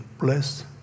bless